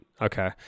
Okay